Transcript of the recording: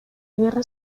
guerra